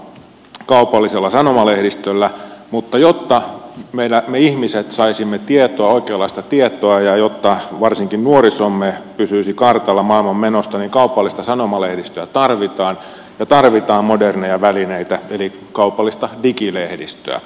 ei siis ole helppoa kaupallisella sanomalehdistöllä mutta jotta me ihmiset saisimme oikeanlaista tietoa ja jotta varsinkin nuorisomme pysyisi kartalla maailmanmenosta niin kaupallista sanomalehdistöä tarvitaan ja tarvitaan moderneja välineitä eli kaupallista digilehdistöä